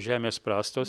žemės prastos